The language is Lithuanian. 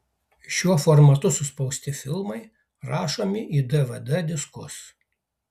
šiuo formatu suspausti filmai rašomi į dvd diskus